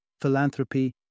philanthropy